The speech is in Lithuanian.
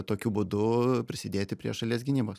tokiu būdu prisidėti prie šalies gynybos